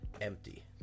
empty